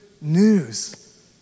news